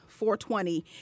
420